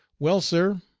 well, sir,